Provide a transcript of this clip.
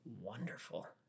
Wonderful